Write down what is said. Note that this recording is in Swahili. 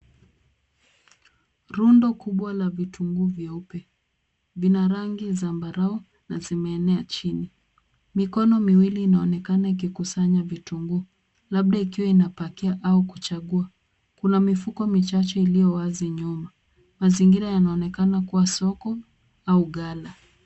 Rundo kubwa vya vitunguu vyeupe, vina rangi zambarau, na zimeenea chini. Mikono miwili inaonekana ikikusanya vitunguu, labda ikiwa inapakia, au kuchagua, kuna mifuko michache iliyo wazi nyuma. Mazingira yanaonekana kuwa soko, au ghala.